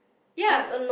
ya